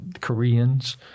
Koreans